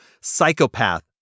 psychopath